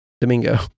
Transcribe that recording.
Domingo